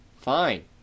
Fine